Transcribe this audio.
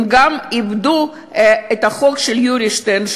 הם גם איבדו את החוק של יורי שטרן,